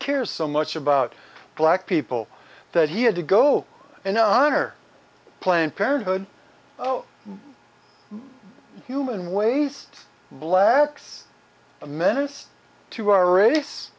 cares so much about black people that he had to go and honor planned parenthood oh human waste blacks a menace to our race